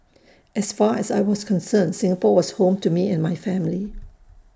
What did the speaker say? as far as I was concerned Singapore was home to me and my family